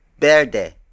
BERDE